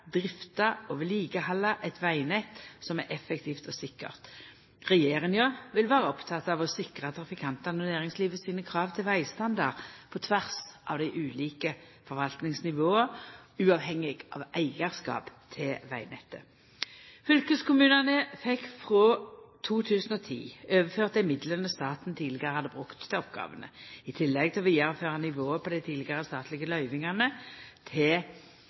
drifta og vedlikehalda eit vegnett som er effektivt og sikkert. Regjeringa vil vera oppteken av å sikra trafikantane og næringslivet sine krav til vegstandard på tvers av dei ulike forvaltningsnivåa, uavhengig av eigarskap til vegnettet. Fylkeskommunane fekk frå 2010 overført dei midlane staten tidlegare hadde brukt til oppgåvene. I tillegg til å vidareføra nivået på dei tidlegare statlege løyvingane til